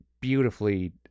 beautifully